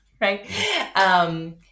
right